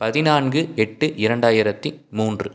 பதினான்கு எட்டு இரண்டாயிரத்தி மூன்று